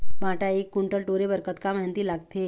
भांटा एक कुन्टल टोरे बर कतका मेहनती लागथे?